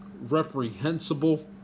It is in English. reprehensible